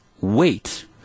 wait